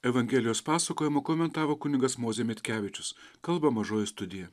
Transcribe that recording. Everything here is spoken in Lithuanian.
evangelijos pasakojimą komentavo kunigas mozė mitkevičius kalba mažoji studija